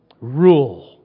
rule